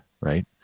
Right